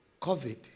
COVID